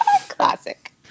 classic